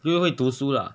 会会读书 lah